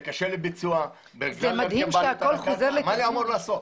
זה קשה לביצוע -- זה מדהים שהכול כזה ----- מה אני אמור לעשות?